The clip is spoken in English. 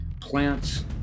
plants